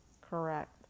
correct